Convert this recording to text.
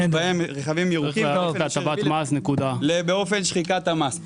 בהם רכבים ירוקים באופן שחיקת המס.